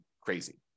crazy